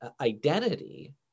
identity